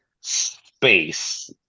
space